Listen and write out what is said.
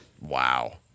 Wow